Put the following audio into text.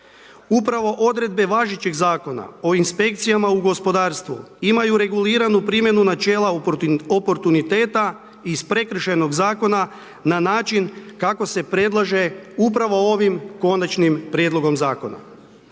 Upravo odredbe važećeg zakona o inspekcijama u gospodarstvu imaju reguliranu primjenu načela oportuniteta iz Prekršajnog zakona na način kako se predlaže upravo ovim Konačnim prijedlogom zakona.